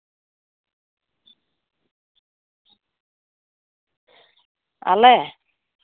ᱟᱞᱮ